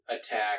attack